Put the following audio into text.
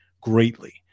greatly